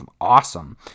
awesome